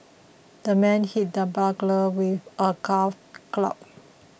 the man hit the burglar with a golf club